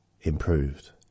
improved